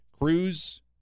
Cruz